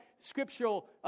scriptural